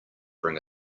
bring